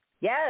Yes